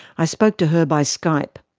i spoke to her by skype.